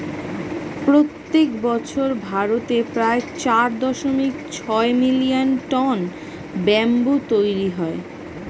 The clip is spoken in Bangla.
প্রত্যেক বছর ভারতে প্রায় চার দশমিক ছয় মিলিয়ন টন ব্যাম্বু তৈরী হয়